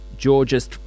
georgist